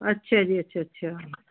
ਅੱਛਾ ਜੀ ਅੱਛਾ ਅੱਛਾ